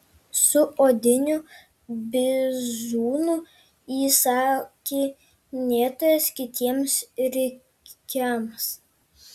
su odiniu bizūnu įsakinėtojas kitiems rikiams